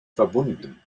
verbunden